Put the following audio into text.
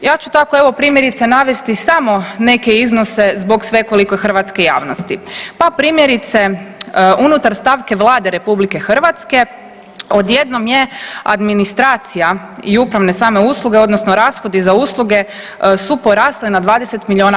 Ja ću tako evo primjerice navesti samo neke iznose zbog svekolike hrvatske javnosti, pa primjerice unutar stavke Vlade RH odjednom je administracija i upravne same usluge odnosno rashodi za usluge su porasle na 20 milijuna